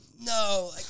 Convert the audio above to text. no